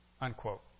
Unquote